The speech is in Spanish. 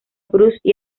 bruce